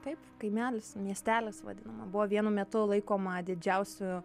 taip kaimelis miestelis vadinama buvo vienu metu laikoma didžiausiu